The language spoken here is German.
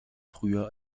früher